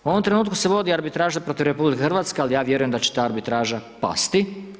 U ovom trenutku se vodi arbitraža protiv RH, al ja vjerujem da će ta arbitraža pasti.